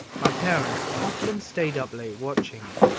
my parents often stayed up late watching it,